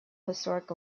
historic